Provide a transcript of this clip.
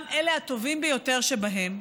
גם אלה הטובים ביותר שבהם,